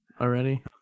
already